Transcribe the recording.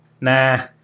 Nah